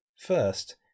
First